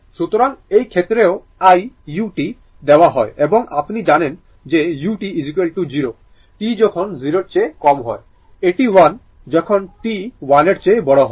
সুতরাং এই ক্ষেত্রেও iut দেওয়া হয় এবং আপনি জানেন যে u 0 t যখন 0 এর চেয়ে কম হয় এটি 1 যখন t 1 এর চেয়ে বড় হয়